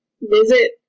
visit